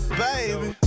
baby